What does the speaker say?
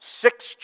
six